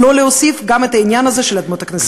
גם את העניין הזה של אדמות הכנסייה.